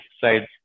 side